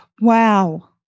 Wow